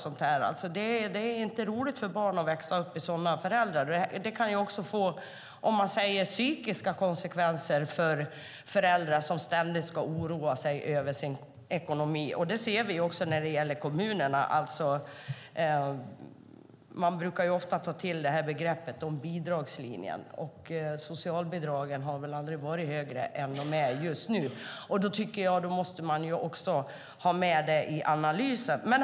Det är inte roligt för barn att växa upp med sådana föräldrar. Det kan också få psykiska konsekvenser för föräldrar som ständigt ska oroa sig för sin ekonomi. Det ser vi också när det gäller kommunerna. Man brukar ofta ta till det här begreppet om bidragslinjen, men nivån på socialbidragen har väl aldrig varit högre än den är just nu. Det tycker jag att man också måste ha med i analysen.